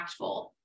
impactful